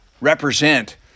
represent